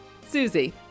Susie